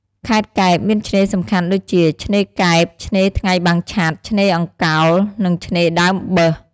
ខេត្តកែបមានឆ្នេរសំខាន់ដូចជា ឆ្នេរកែប ឆ្នេរថ្ងៃបាំងឆ័ត្រ ឆ្នេរអង្កោល និងឆ្នេរដើមបើស។